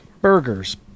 burgers